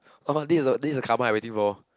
what about this what about this the carbon I waiting for